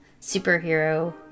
superhero